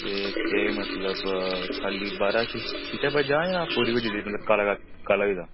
ते केह् मतलब बाहरा खा'ल्ली शीशा भज्जे दा पूरी भज्जी दी काला काला होई दा